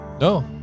No